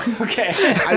Okay